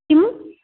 किम्